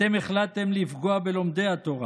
אתם החלטתם לפגוע בלומדי התורה